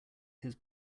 his